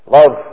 Love